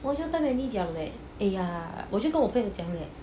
我就跟 mandy 讲 leh !aiya! 我就跟我朋友讲 leh